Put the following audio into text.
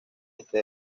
este